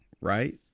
Right